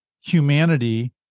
humanity